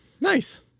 Nice